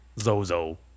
Zozo